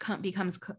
becomes